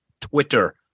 Twitter